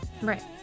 Right